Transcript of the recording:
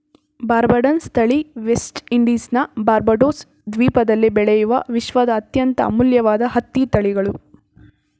ಬಾರ್ಬಡನ್ಸ್ ತಳಿ ವೆಸ್ಟ್ ಇಂಡೀಸ್ನ ಬಾರ್ಬಡೋಸ್ ದ್ವೀಪದಲ್ಲಿ ಬೆಳೆಯುವ ವಿಶ್ವದ ಅತ್ಯಂತ ಅಮೂಲ್ಯವಾದ ಹತ್ತಿ ತಳಿಗಳು